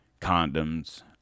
condoms